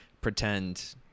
pretend